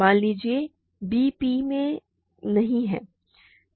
मान लीजिए b P में नहीं है तो